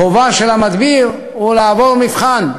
החובה של המדביר היא לעבור מבחן.